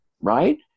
Right